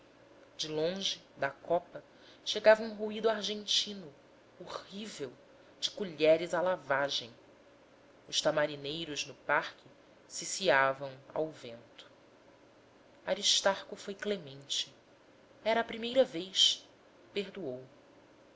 de longe da copa chegava um ruído argentino horrível de colheres à lavagem os tamarineiros no parque ciciavam ao vento aristarco foi clemente era a primeira vez perdoou